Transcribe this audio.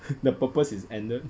the purpose is ended